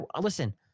listen